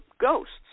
ghosts